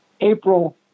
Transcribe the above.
April